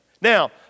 Now